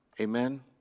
Amen